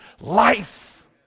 life